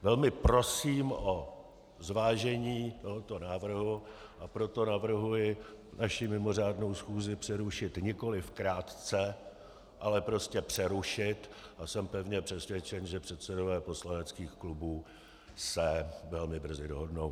Velmi prosím o zvážení tohoto návrhu, a proto navrhuji naši mimořádnou schůzi přerušit nikoliv krátce, ale prostě přerušit, a jsem pevně přesvědčen, že předsedové poslaneckých klubů se velmi brzy dohodnou.